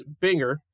Binger